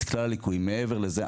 מעבר לזה,